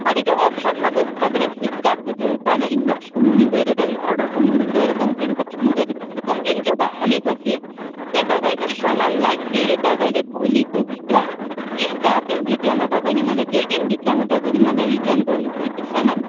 अनि त्यो अप्सनमा गएर तपाईँले फ्लिपकार्टको जो तल इनबक्सको मुनि गएर तपाईँले अर्डरको मुनि गएर कम्प्लेन बक्समा गएर तपाईँले कम्प्लेन जब हालेपछि त्यो तपाईँको सामानलाई फेरि तपाईँले भोलिकोभित्र तिन चार दिनभित्रमा तपाईँले मलाई दुई दिनभित्रमा तपाईँले मलाई रिटन गर्नु पऱ्यो त्यो सामान